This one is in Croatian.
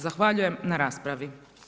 Zahvaljujem na raspravi.